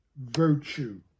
virtue